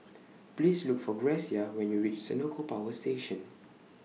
Please Look For Grecia when YOU REACH Senoko Power Station